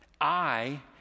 I